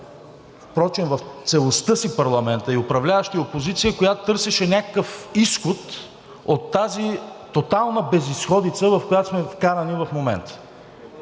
впрочем в целостта си парламентът – и управляващи, и опозиция, която търсеше някакъв изход от тази тотална безизходица, в която сме вкарани в момента.